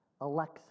Alexa